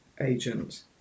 agent